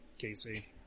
Casey